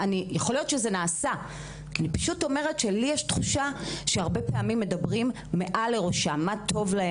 5 מיליון שאמורים להגיע מהמשרד שלכם לטובת הנושא הזה,